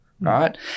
Right